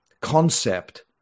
concept